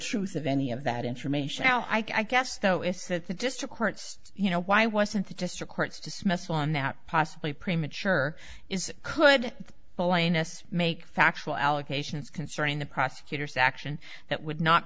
truth of any of that information now i guess though if that the district courts you know why wasn't the district court's dismissal on that possibly premature is could make factual allegations concerning the prosecutor's action that would not